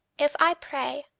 if i pray,